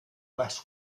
less